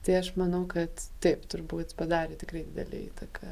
tai aš manau kad taip turbūt padarė tikrai didelę įtaką